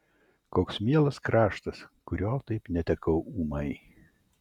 koks mielas kraštas kurio taip netekau ūmai